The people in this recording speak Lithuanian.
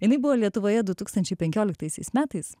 jinai buvo lietuvoje du tūkstančiai penkioliktaisiais metais